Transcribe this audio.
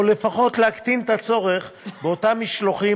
לפחות להקטין את הצורך באותם משלוחים,